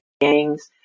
gangs